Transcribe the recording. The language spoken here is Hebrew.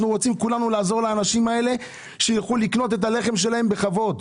אנחנו רוצים כולנו לעזור לאנשים לקנות את הלחם שלהם בכבוד,